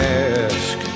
ask